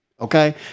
okay